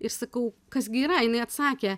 ir sakau kas gi yra jinai atsakė